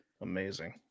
Amazing